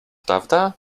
prawda